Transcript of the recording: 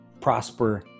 prosper